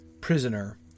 prisoner